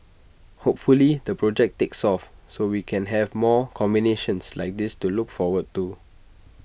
hopefully the project takes off so we can have more combinations like this to look forward to